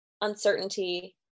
uncertainty